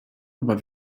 aber